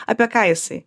apie ką jisai